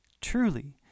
Truly